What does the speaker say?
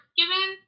given